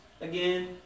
Again